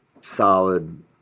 solid